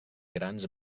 grans